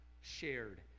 shared